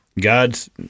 God's